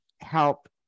help